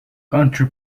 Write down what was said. country